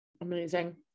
Amazing